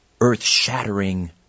earth-shattering